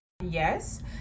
Yes